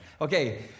Okay